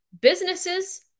businesses